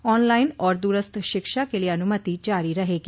online और दूरस्थ शिक्षा के लिये अनुमति जारी रहेगी